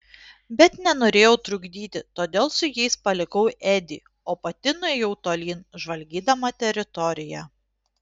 bet nenorėjau trukdyti todėl su jais palikau edį o pati nuėjau tolyn žvalgydama teritoriją